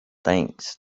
thanks